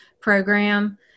program